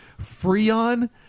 Freon